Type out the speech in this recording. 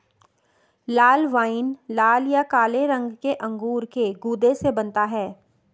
लाल wine लाल या काले रंग के अंगूर के गूदे से बनता है